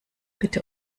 bitte